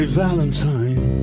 valentine